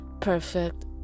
perfect